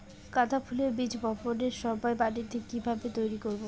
গাদা ফুলের বীজ বপনের সময় মাটিকে কিভাবে তৈরি করব?